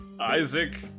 Isaac